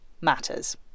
matters